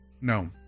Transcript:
No